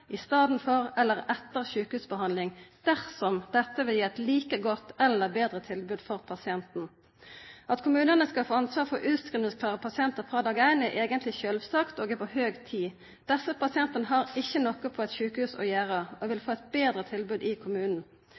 i staden for eller etter sjukehusbehandling, dersom dette vil gi eit like godt eller betre tilbod for pasienten. At kommunane skal få ansvar for utskrivingsklare pasientar frå dag éin, er eigentleg sjølvsagt – og på høg tid. Desse pasientane har ikkje noko på eit sjukehus å gjera og vil få eit betre tilbod i kommunen.